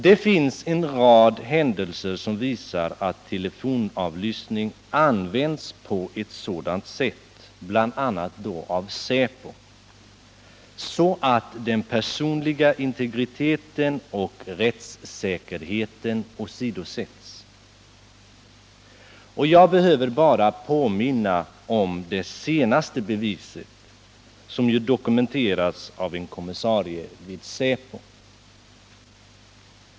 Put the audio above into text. Det finns en rad händelser som visar att telefonavlyssning använts på ett sådant sätt, bl.a. av SÄPO, att den personliga integriteten och rättssäkerheten åsidosatts. Jag behöver bara påminna om det senaste beviset därpå, som ju dokumenterats av en kommissarie vid SÄPO.